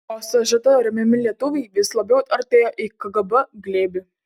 o sžt remiami lietuviai vis labiau artėjo į kgb glėbį